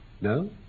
No